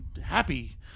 Happy